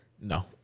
No